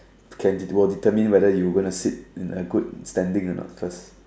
can will determine whether you will gonna sit in a good standing or not first